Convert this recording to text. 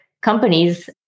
companies